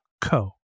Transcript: co